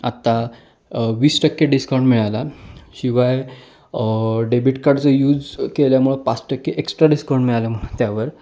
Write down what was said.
आता वीस टक्के डिस्काउंट मिळाला शिवाय डेबिट कार्डचं यूज केल्यामुळं पाच टक्के एक्स्ट्रा डिस्काउंट मिळाल्यामुळे त्यावर